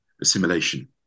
assimilation